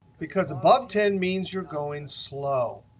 because above ten means you're going slow.